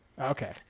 Okay